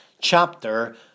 chapter